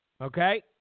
okay